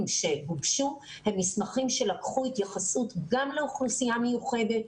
שהוגשו הם מסמכים שלקחו התייחסות גם לאוכלוסייה מיוחדת,